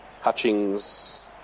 Hutchings